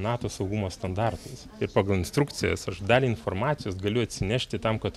nato saugumo standartais ir pagal instrukcijas aš dalį informacijos galiu atsinešti tam kad